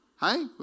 hey